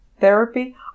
Therapy